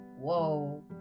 whoa